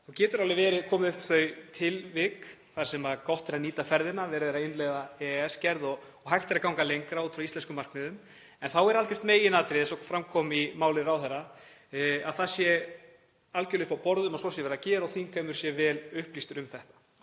þá geta alveg komið upp þau tilvik þar sem gott er að nýta ferðina þegar verið er að innleiða EES-gerð og hægt er að ganga lengra út frá íslenskum markmiðum en þá er algjört meginatriði, eins og fram kom í máli ráðherra, að það sé algjörlega uppi á borðum að svo sé verið að gera og þingheimur sé vel upplýstur um það.